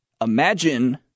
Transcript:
imagine